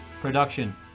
production